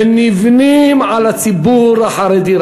ונבנים על הציבור החרדי,